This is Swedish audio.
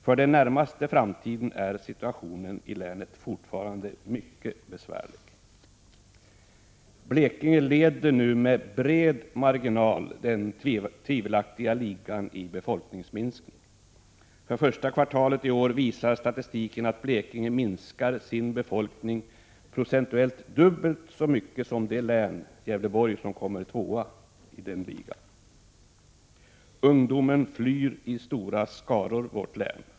För den närmaste framtiden är situationen i länet mycket besvärlig. Blekinge leder nu med bred marginal den tvivelaktiga ligan i befolkningsminskning. För första kvartalet i år visar statistiken att befolkningen i Blekinge minskar procentuellt dubbelt så mycket som i det län — Gävleborg — som kommer som tvåa i den ligan. Ungdomen flyr i stora skaror vårt län.